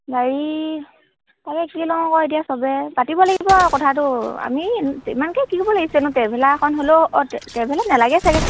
গাড়ী তালৈ কি লওঁ আকৌ এতিয়া চবে পাতিব লাগিব আ কথাটো আমি ইমানকৈ কি কৰিব লাগিছেন ট্ৰেভেলাৰ এখন হ'লেও ট্ৰভেলাৰ নালাগে চাগে